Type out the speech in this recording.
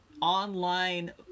online